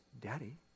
Daddy